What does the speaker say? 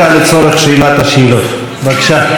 השר אקוניס, אל תעזור, בבקשה, בניהול הישיבה.